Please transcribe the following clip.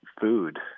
food